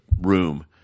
room